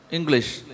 English